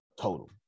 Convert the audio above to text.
Total